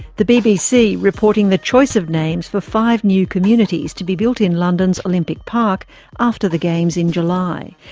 the bbc reporting the choice of names for five new communities to be built in london's olympic park after the games in july.